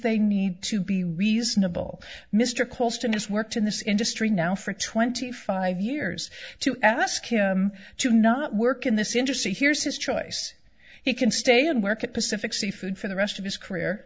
they need to be reasonable mr colston has worked in this industry now for twenty five years to ask him to not work in this industry here's his choice he can stay and work at pacific seafood for the rest of his career